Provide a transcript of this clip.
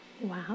Wow